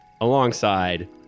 alongside